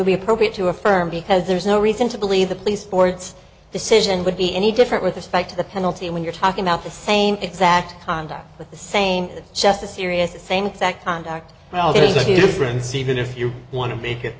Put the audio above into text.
would be appropriate to affirm because there's no reason to believe the police board's decision would be any different with respect to the penalty when you're talking about the same exact conduct with the same just the serious the same exact conduct well there's a difference even if you want to make it